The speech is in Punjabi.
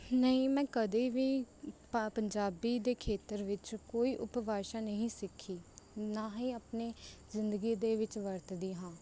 ਨਹੀਂ ਮੈਂ ਕਦੇ ਵੀ ਪੰਜਾਬੀ ਦੇ ਖੇਤਰ ਵਿੱਚ ਕੋਈ ਉਪਭਾਸ਼ਾ ਨਹੀਂ ਸਿੱਖੀ ਨਾ ਹੀ ਆਪਣੇ ਜ਼ਿੰਦਗੀ ਦੇ ਵਿੱਚ ਵਰਤਦੀ ਹਾਂ